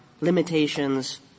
limitations